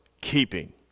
keeping